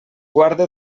guarde